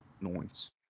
Noise